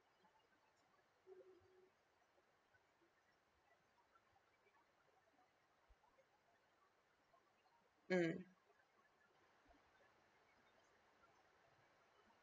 mm